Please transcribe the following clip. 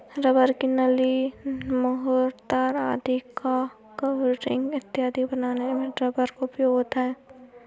rubber की नली, मुहर, तार आदि का कवरिंग इत्यादि बनाने में रबर का उपयोग होता है